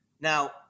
Now